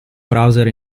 browser